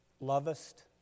Lovest